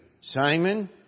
Simon